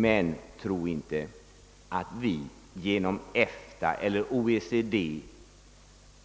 Men tro inte att vi genom EFTA eller OECD